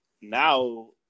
now